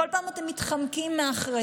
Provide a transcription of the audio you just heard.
בכל פעם אתם מתחמקים מאחריות.